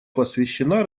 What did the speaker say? посвящена